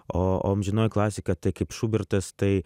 o o amžinoji klasika tai kaip šubertas tai